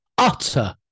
Utter